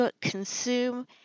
consume